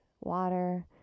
water